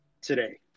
today